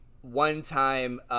one-time